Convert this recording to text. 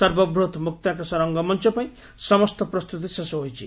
ସର୍ବବୂହତ ମୁକ୍ତାକାଶ ରଂଗମଞ ପାଇଁ ସମସ୍ତ ପ୍ରସ୍ତୁତି ଶେଷ ହୋଇଛି